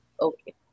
Okay